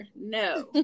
no